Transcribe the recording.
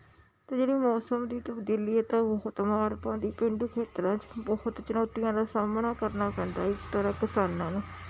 ਅਤੇ ਜਿਹੜੀ ਮੌਸਮ ਦੀ ਤਬਦੀਲੀ ਇਹ ਤਾਂ ਬਹੁਤ ਮਾਰ ਪਾਉਂਦੀ ਪੇਂਡੂ ਖੇਤਰਾਂ 'ਚ ਬਹੁਤ ਚੁਣੌਤੀਆਂ ਦਾ ਸਾਹਮਣਾ ਕਰਨਾ ਪੈਂਦਾ ਇਸ ਤਰ੍ਹਾਂ ਕਿਸਾਨਾਂ ਨੂੰ